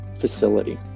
facility